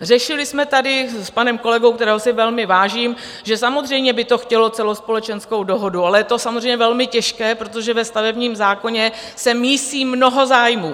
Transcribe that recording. Řešili jsme tady s panem kolegou, kterého si velmi vážím, že samozřejmě by to chtělo celospolečenskou dohodu, ale je to velmi těžké, protože ve stavebním zákoně se mísí mnoho zájmů.